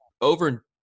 over